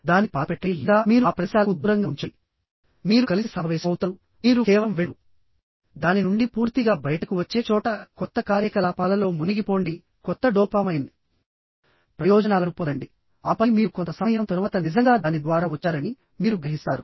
దానిని పాతిపెట్టండి లేదా మీరు ఆ ప్రదేశాలకు దూరంగా ఉంచండి మీరు కలిసి సమావేశమవుతారు మీరు కేవలం వెళ్ళరు దాని నుండి పూర్తిగా బయటకు వచ్చే చోట కొత్త కార్యకలాపాలలో మునిగిపోండి కొత్త డోపామైన్ ప్రయోజనాలను పొందండి ఆపై మీరు కొంత సమయం తరువాత నిజంగా దాని ద్వారా వచ్చారని మీరు గ్రహిస్తారు